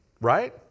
Right